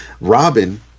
Robin